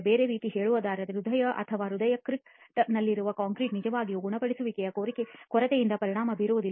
ಬೇರೆ ರೀತಿಯಲ್ಲಿ ಹೇಳುವುದಾದರೆ ಹೃದಯ ಅಥವಾ ಹೃದಯ ಕ್ರೀಟ್ನಲ್ಲಿರುವ ಕಾಂಕ್ರೀಟ್ ನಿಜವಾಗಿಯೂ ಗುಣಪಡಿಸುವಿಕೆಯ ಕೊರತೆಯಿಂದ ಪರಿಣಾಮ ಬೀರುವುದಿಲ್ಲ